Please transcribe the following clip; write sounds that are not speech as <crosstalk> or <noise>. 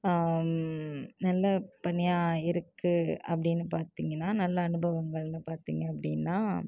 நல்ல பணியாக இருக்கு அப்படின்னு பார்த்திங்கன்னா நல்ல அனுபவம் <unintelligible> பார்த்திங்க அப்படின்னா